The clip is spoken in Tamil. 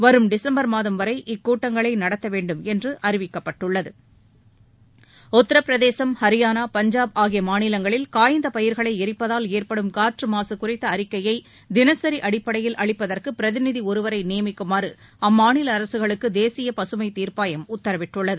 வரும் டிசம்பர் மாதம் வரை இக்கூட்டங்களை நடத்த வேண்டும் என்று அறிவிக்கப்பட்டுள்ளது உத்திரபிரதேசம் ஹரியானா பஞ்சாப் ஆகிய மாநிலங்களில் காய்ந்த பயிர்களை எரிப்பதால் ஏற்படும் காற்று மாசு குறித்த அறிக்கையை தினசரி அடிப்படையில் அளிப்பதற்கு பிரதிநிதி ஒருவரை நியமிக்குமாற அம்மாநில அரசுகளுக்கு தேசிய பசுமை தீர்ப்பாயம் உத்தரவிட்டுள்ளது